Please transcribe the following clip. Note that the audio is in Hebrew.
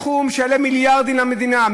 זה יעלה מיליארדים למדינה.